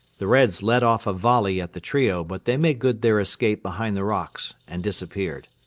the reds let off a volley at the trio but they made good their escape behind the rocks and disappeared.